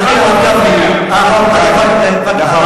ולכן, הרב גפני, הרב